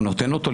והוא נותן אותו,